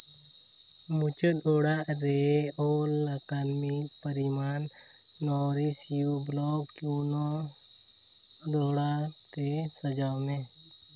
ᱢᱩᱪᱟᱹᱫ ᱚᱲᱟᱜ ᱨᱮ ᱚᱞᱟᱠᱟᱱ ᱢᱤᱫ ᱯᱟᱨᱤᱢᱟᱱ ᱱᱚᱨᱤᱥ ᱤᱭᱩ ᱵᱞᱚᱠ ᱠᱩᱭᱱᱳ ᱫᱚᱦᱲᱟ ᱛᱮ ᱥᱟᱡᱟᱣ ᱢᱮ